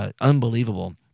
Unbelievable